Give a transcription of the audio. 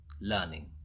learning